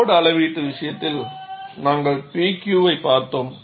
load அளவீட்டு விஷயத்தில் நாங்கள் P Q ஐப் பார்த்தோம்